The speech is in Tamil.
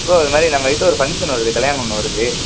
ப்ரோ இது மாதிரி நம்ம வீட்டில் ஒரு ஃபங்க்ஷன் வருது கல்யாணம் ஒன்றுவருது